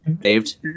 saved